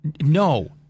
No